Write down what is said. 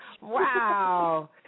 Wow